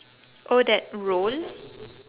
oh that roll